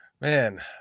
Man